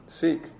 seek